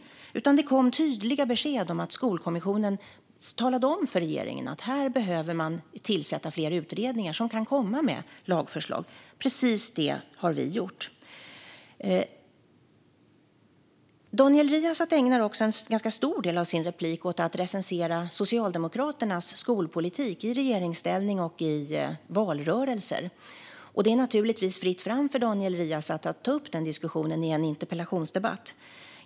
Skolkommissionen kom med tydliga besked om och talade om för regeringen att det behöver tillsättas utredningar som kan komma med lagförslag. Precis det har vi gjort. Fru talman! Daniel Riazat ägnar också en ganska stor del av sitt inlägg åt att recensera Socialdemokraternas skolpolitik, i regeringsställning och i valrörelser. Det är naturligtvis fritt fram för Daniel Riazat att ta upp den diskussionen i en interpellationsdebatt.